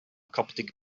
coptic